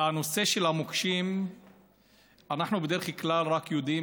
בנושא של המוקשים אנחנו בדרך כלל יודעים